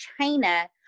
China